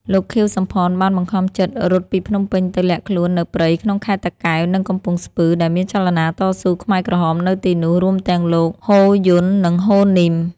លោក ខៀវ សំផន បានបង្ខំចិត្តរត់ពីភ្នំពេញទៅលាក់ខ្លួននៅព្រៃក្នុងខេត្តតាកែវ និងកំពង់ស្ពឺ ដែលមានចលនាតស៊ូខ្មែរក្រហមនៅទីនោះ រួមទាំងលោក ហ៊ូ យន់ និង ហ៊ូ នីម ។